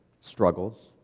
struggles